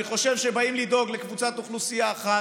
אני לא מצליח להשלים שלושה משפטים רצוף.